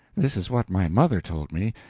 this is what my mother told me,